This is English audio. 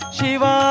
Shiva